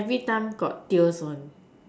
everytime got tears one